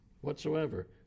whatsoever